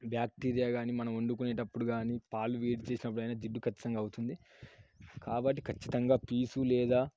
bacteria కానీ మనం వండుకునేటప్పుడు కానీ పాలు వేడిసిచేసినప్పుడైనా జిడ్డు ఖచ్చితంగా అవుతుంది కాబట్టి ఖచ్చితంగా పీచు లేదా